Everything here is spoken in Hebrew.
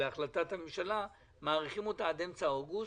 בהחלטת הממשלה מאריכים אותה עד אמצע אוגוסט.